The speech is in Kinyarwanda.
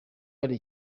hari